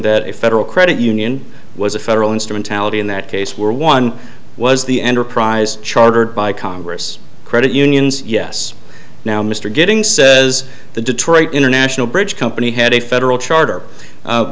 that a federal credit union was a federal instrumentality in that case where one was the enterprise chartered by congress credit unions yes now mr getting says the detroit international bridge company had a federal charter